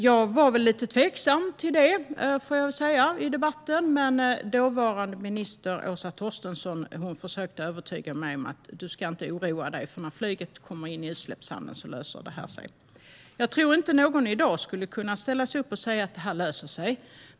Jag var väl lite tveksam till det i debatten. Men dåvarande ministern, Åsa Torstensson, försökte övertyga mig: Du ska inte oroa dig, för detta löser sig när flyget kommer in i utsläppshandeln. Jag tror inte att någon i dag skulle kunna ställa sig upp och säga: Det här löser sig.